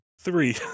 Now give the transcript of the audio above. Three